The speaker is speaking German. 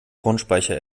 kornspeicher